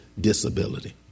disability